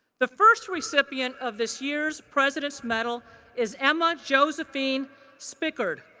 the first recipient of this year's president's medal is emma josephine spickard.